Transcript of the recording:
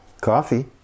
Coffee